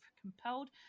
compelled